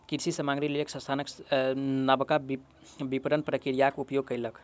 कृषि सामग्रीक लेल संस्थान नबका विपरण प्रक्रियाक उपयोग कयलक